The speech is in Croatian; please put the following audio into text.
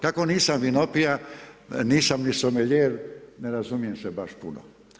Kako nisam vinopija, nisam ni sommelier, ne razumijem se baš puno.